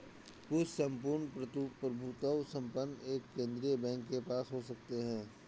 कुछ सम्पूर्ण प्रभुत्व संपन्न एक केंद्रीय बैंक के पास हो सकते हैं